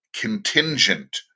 contingent